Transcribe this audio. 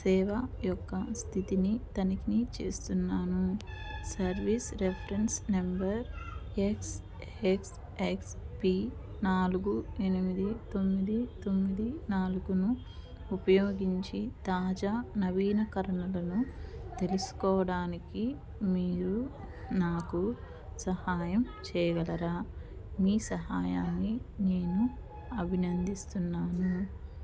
సేవ యొక్క స్థితిని తనిఖిని చేస్తున్నాను సర్వీస్ రెఫరెన్స్ నంబర్ ఎక్స్ఎక్స్ఎక్స్పి నాలుగు ఎనిమిది తొమ్మిది తొమ్మిది నాలుగును ఉపయోగించి తాజా నవీనకరణలను తెలుసుకోవడానికి మీరు నాకు సహాయం చెయ్యగలరా మీ సహాయాన్ని నేను అభినందిస్తున్నాను